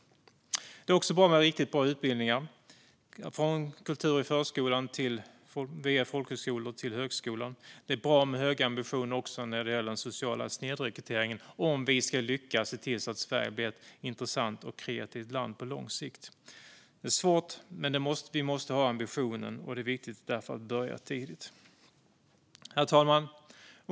Det är också bra med riktigt bra utbildningar, alltifrån kultur i förskolan via folkhögskolor till högskolan. Det är bra med höga ambitioner också när det gäller den sociala snedrekryteringen, om vi ska lyckas se till att Sverige blir ett intressant och kreativt land på lång sikt. Det är svårt, men vi måste ha ambitionen. Därför är det viktigt att börja tidigt. Herr talman!